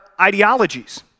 ideologies